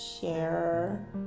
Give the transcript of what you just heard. share